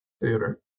theater